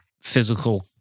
physical